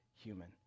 human